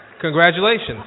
Congratulations